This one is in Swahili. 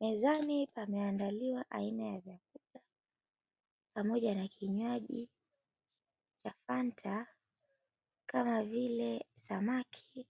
Mezani pameandaliwa aina ya chakula pamoja na kinywaji cha fanta kama vile samaki,